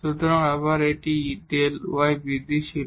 সুতরাং আবার এই Δ y বৃদ্ধি ছিল